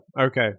Okay